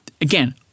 again